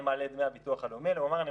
אני מעלה את דמי הביטוח הלאומי אלא הוא אמר,